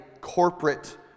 corporate